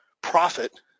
profit